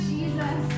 Jesus